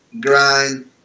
grind